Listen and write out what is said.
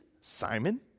Simon